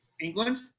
England